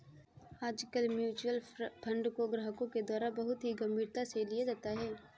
आजकल mutual fund को ग्राहकों के द्वारा बहुत ही गम्भीरता से लिया जाता है